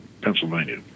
Pennsylvania